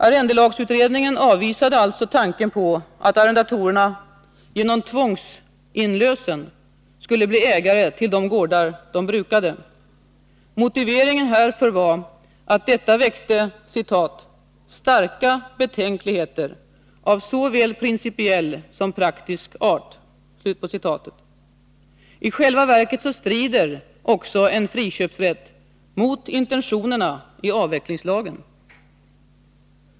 Arrendelagsutredningen avvisade alltså tanken på att arrendatorerna genom tvångsinlösen skulle bli ägare till de gårdar de brukade. Motiveringen härför var att detta väckte ”starka betänkligheter av såväl principiell som praktisk art”. I själva verket strider också en friköpsrätt mot intentionerna i avvecklingslagen.